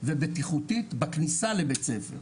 ובטיחותית בכניסה לבית הספר.